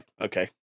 Okay